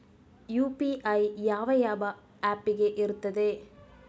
UPI ಯಾವ ಯಾವ app ಗೆ ಇರ್ತದೆ?